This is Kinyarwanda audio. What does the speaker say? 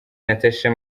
natasha